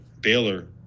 Baylor